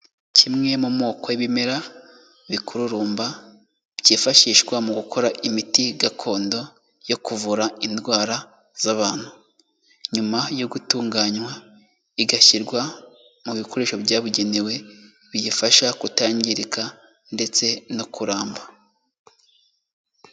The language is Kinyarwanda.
Kimwe mu moko y'ibimera bikururumba byifashishwa mu gukora imiti gakondo yo kuvura indwara z'abantu. Nyuma yo gutunganywa igashyirwa mu bikoresho byabugenewe biyifasha kutangirika ndetse no kuramba.